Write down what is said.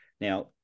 Now